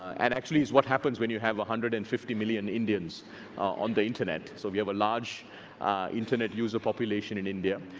and actually is what happens when you have one hundred and fifty million indians on the internet. so we have a large internet user population in india.